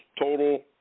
total